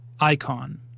icon